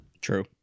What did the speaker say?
True